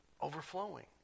Overflowing